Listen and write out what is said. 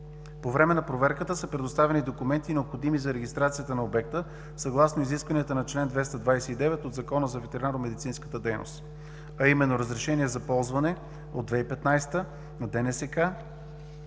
По време на проверката са предоставени документи, необходими за регистрацията на обекта, съгласно изискванията на чл. 229 от Закона за ветеринарномедицинската дейност, а именно: разрешение за ползване от 2015 г. на ДНСК